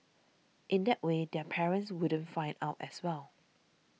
in that way their parents wouldn't find out as well